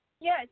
Yes